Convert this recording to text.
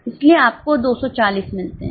इसलिए आपको 240 मिलते हैं